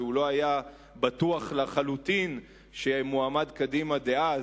כשהוא לא היה בטוח לחלוטין שמועמד קדימה דאז,